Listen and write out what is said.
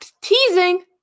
teasing